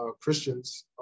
Christians